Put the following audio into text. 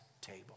table